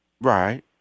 Right